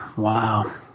Wow